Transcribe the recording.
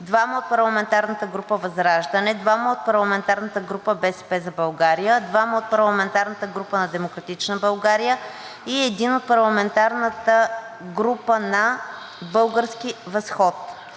2 от парламентарната група ВЪЗРАЖДАНЕ, 2 от парламентарната група „БСП за България“, 1 от парламентарната група на „Демократична България“ и 1 от парламентарната група „Български възход“.